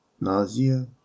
nausea